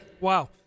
Wow